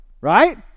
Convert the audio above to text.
Right